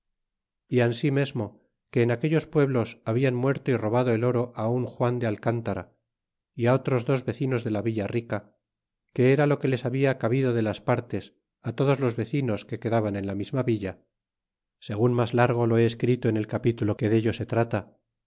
ansi mesmo que en aquellos pueblos babian muerto y robado el oro á un juan de alcántara a á otros dos vecinos de la villa rica que era lo que les habla cabido de las partes á todos los vecinos que quedaban en la misma villa segun mas largo lo he escrito en el capítulo que dello se trata